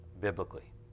biblically